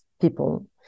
people